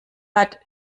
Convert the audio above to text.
hat